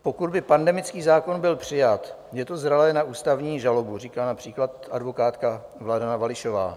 Pokud by pandemický zákon byl přijat, je to zralé na ústavní žalobu, říká například advokátka Vladana Vališová.